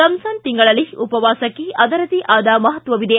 ರಮಜಾನ್ ತಿಂಗಳಲ್ಲಿ ಉಪವಾಸಕ್ಕೆ ಅದರದೇ ಆದ ಮಹತ್ವವಿದೆ